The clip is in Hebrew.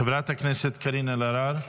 חברת הכנסת קארין אלהרר,